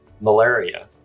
malaria